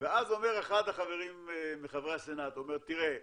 ואז אחד החברים מחברי הסנאט אומר: תראה,